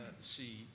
see